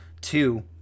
two